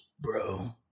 bro